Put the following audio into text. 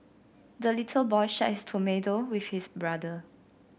the little boy shared his tomato with his brother